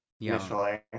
initially